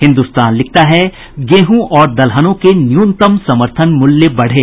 हिन्दुस्तान लिखता है गेहूं और दलहनों के न्यूनतम समर्थन मूल्य बढ़े